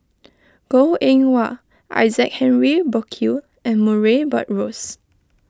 Goh Eng Wah Isaac Henry Burkill and Murray Buttrose